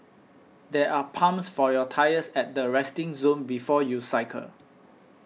there are pumps for your tyres at the resting zone before you cycle